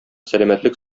сәламәтлек